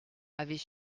avait